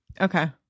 Okay